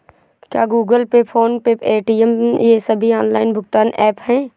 क्या Google Pay PhonePe Paytm ये सभी ऑनलाइन भुगतान ऐप हैं?